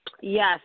Yes